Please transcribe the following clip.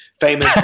famous